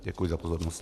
Děkuji za pozornost.